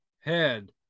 head